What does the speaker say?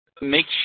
make